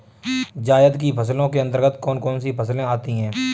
जायद की फसलों के अंतर्गत कौन कौन सी फसलें आती हैं?